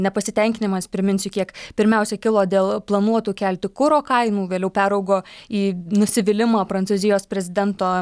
nepasitenkinimas priminsiu kiek pirmiausia kilo dėl planuotų kelti kuro kainų vėliau peraugo į nusivylimą prancūzijos prezidento